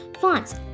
fonts